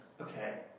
Okay